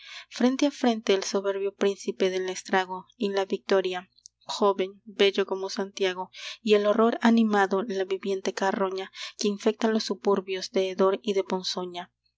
frente a frente el soberbio príncipe del estrago y la victoria joven bello como santiago y el horror animado la viviente carroña que infecta los suburbios de hedor y de ponzoña